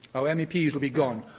our meps will be gone.